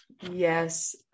yes